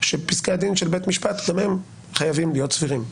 שפסקי הדין של בית המשפט גם הם חייבים להיות סבירים.